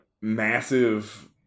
massive